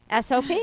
SOP